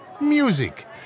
music